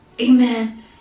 Amen